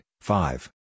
five